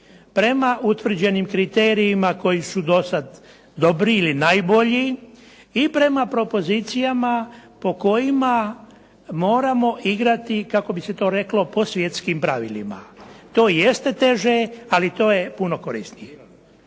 prema utvrđenim kriterijima koji su dosad dobri ili najbolji i prema propozicijama po kojima moramo igrati, kako bi se to reklo, po svjetskim pravilima. To jeste teže, ali to je puno korisnije.